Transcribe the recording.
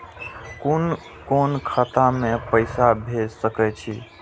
कुन कोण खाता में पैसा भेज सके छी?